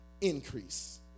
increase